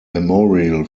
memorial